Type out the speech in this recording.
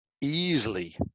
easily